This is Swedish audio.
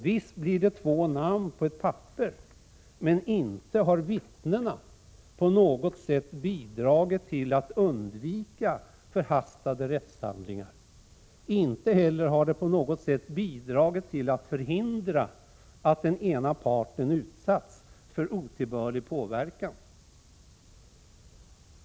Visst blir det två namn på ett papper, men inte har vittnena på något sätt bidragit till att undvika förhastade rättshandlingar. Inte heller har de på något sätt bidragit till att förhindra att den ena parten utsatts för otillbörlig påverkan.